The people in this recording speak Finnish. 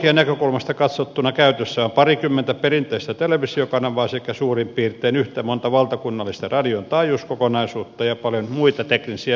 teknologian näkökulmasta katsottuna käytössä on parikymmentä perinteistä televisiokanavaa sekä suurin piirtein yhtä monta valtakunnallista radion taajuuskokonaisuutta ja paljon muita teknisiä välineitä